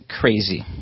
crazy